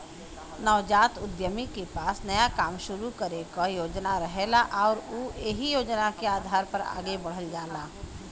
नवजात उद्यमी के पास नया काम शुरू करे क योजना रहेला आउर उ एहि योजना के आधार पर आगे बढ़ल जाला